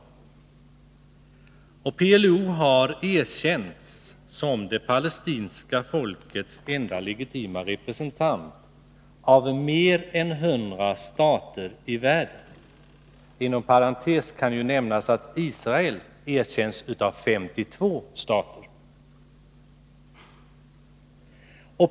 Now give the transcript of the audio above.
PLO har av mer än 100 stater i världen erkänts som det palestinska folkets enda legitima representant. Inom parentes kan nämnas att Israel har erkänts av 52 stater.